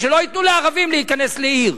שלא ייתנו לערבים להיכנס לעיר,